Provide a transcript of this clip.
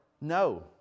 no